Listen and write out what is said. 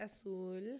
azul